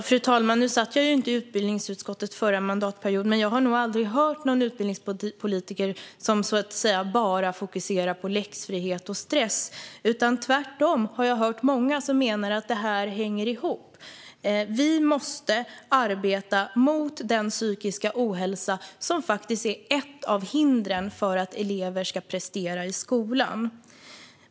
Fru talman! Nu satt jag ju inte i utbildningsutskottet förra mandatperioden, men jag har nog aldrig hört en utbildningspolitiker som bara fokuserar på läxfrihet och stress. Tvärtom har jag hört många som menar att det här hänger ihop. Vi måste arbeta mot den psykiska ohälsa som faktiskt är ett av hindren för att elever ska prestera i skolan.